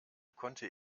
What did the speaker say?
konnte